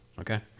okay